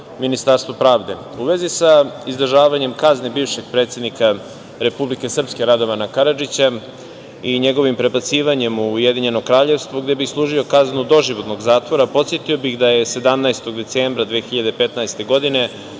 u vezi za izdržavanjem kazne bivšeg predsednika Republike Srpske Radovana Karadžića i njegovim prebacivanjem u Ujedinjeno Kraljevstvo gde bi služio kaznu doživotnog zatvora. Podsetio bih da je 17. decembra 2015. godine